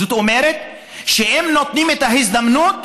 זאת אומרת שאם נותנים את ההזדמנות,